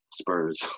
Spurs